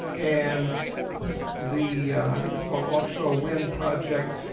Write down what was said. and the, i think it's called offshore wind project,